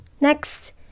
Next